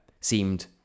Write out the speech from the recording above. seemed